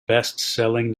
bestselling